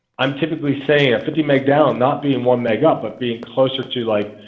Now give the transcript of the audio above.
i'm typically saying a fifty meg down not being one meg up, but being closer to like